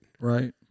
right